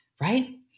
right